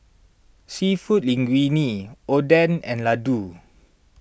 Seafood Linguine Oden and Ladoo